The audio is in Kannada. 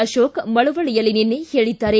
ಅಶೋಕ ಮಳವಳ್ಳಯಲ್ಲಿ ನಿನ್ನೆ ಹೇಳಿದ್ದಾರೆ